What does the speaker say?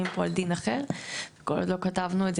פה על דין אחר כל עוד לא כתבנו את זה,